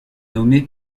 nommé